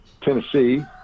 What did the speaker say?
Tennessee